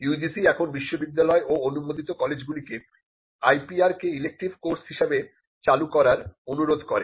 UGC এখন বিশ্ববিদ্যালয় ও অনুমোদিত কলেজগুলিকে IPR কে ইলেকটিভ কোর্স হিসেবে ড চালু করার অনুরোধ করে